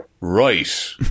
Right